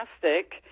fantastic